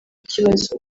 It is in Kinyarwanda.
ikibazo